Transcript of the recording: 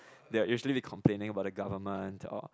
they're usually complaining about the government or